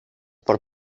por